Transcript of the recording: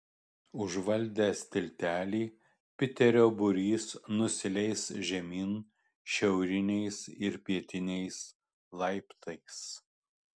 užvaldęs tiltelį piterio būrys nusileis žemyn šiauriniais ir pietiniais laiptais